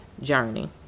journey